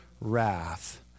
wrath